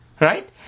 Right